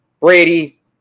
Brady